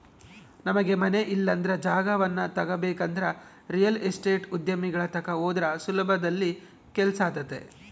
ನಮಗೆ ಮನೆ ಇಲ್ಲಂದ್ರ ಜಾಗವನ್ನ ತಗಬೇಕಂದ್ರ ರಿಯಲ್ ಎಸ್ಟೇಟ್ ಉದ್ಯಮಿಗಳ ತಕ ಹೋದ್ರ ಸುಲಭದಲ್ಲಿ ಕೆಲ್ಸಾತತೆ